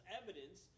evidence